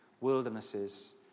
Wildernesses